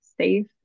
safe